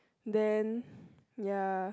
then ya